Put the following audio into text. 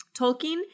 Tolkien